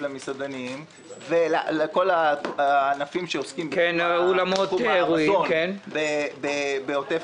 למסעדנים ולכל הענפים שעוסקים בתחום המזון בעוטף